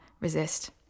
resist